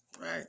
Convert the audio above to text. Right